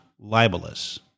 libelous